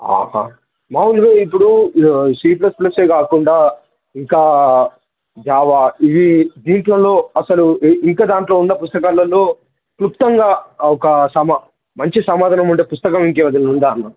ఆహ మాములుగా ఇప్పుడు సి ప్లస్ ప్లసే కాకుండా ఇంకా జావా ఇవి దీంట్లలో అసలు ఇంకా దాంట్లో ఉన్న పుస్తకాలల్లో క్లుప్తంగా ఒక సమా మంచి సమాధానం ఉండే పుస్తకం ఇంకేదైనా ఉందా అన్న